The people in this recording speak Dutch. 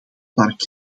park